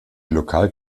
lokal